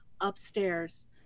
upstairs